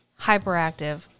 hyperactive